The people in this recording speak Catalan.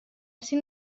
ací